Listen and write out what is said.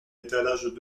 étalage